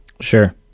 Sure